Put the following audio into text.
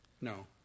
No